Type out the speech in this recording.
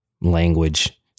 language